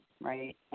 right